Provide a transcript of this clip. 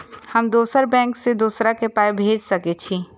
हम दोसर बैंक से दोसरा के पाय भेज सके छी?